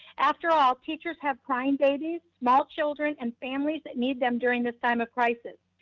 after all, teachers have crying babies, small children, and families that need them during this time of crisis,